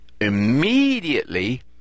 immediately